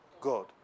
God